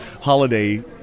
holiday